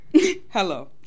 Hello